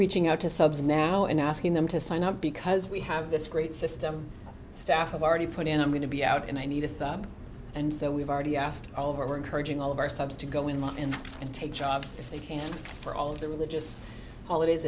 reaching out to subs now and asking them to sign up because we have this great system staff have already put in i'm going to be out and i need a sub and so we've already asked over we're encouraging all of our subs to go in my in and take jobs if they can for all of the religious holidays